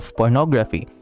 pornography